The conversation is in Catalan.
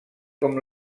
com